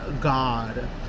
God